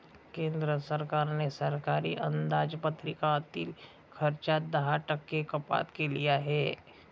केंद्र सरकारने सरकारी अंदाजपत्रकातील खर्चात दहा टक्के कपात केली आहे